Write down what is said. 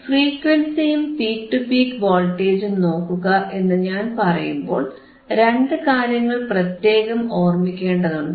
ഫ്രീക്വൻസിയും peak to peak വോൾട്ടേജും നോക്കുക എന്നു ഞാൻ പറയുമ്പോൾ രണ്ടു കാര്യങ്ങൾ പ്രത്യേകം ഓർമിക്കേണ്ടവയുണ്ട്